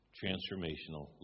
transformational